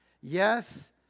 Yes